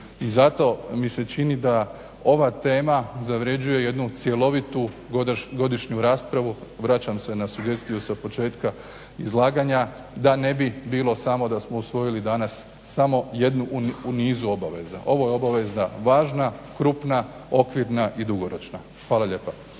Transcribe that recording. I zato mi se čini da ova tema zavređuje jednu cjelovitu godišnju raspravu, vraćam se na sugestiju sa početka izlaganja da ne bi bilo samo da smo usvojili danas samo jednu u nizu obaveza. Ova je obaveza važna, krupna, okvirna i dugoročna. Hvala lijepa.